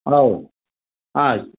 ಹೌದು ಆಯ್ತು